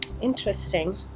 Interesting